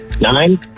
Nine